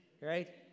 right